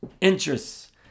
interests